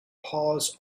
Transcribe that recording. paws